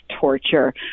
torture